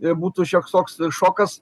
ir būtų šioks toks šokas